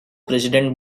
president